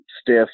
stiff